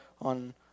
on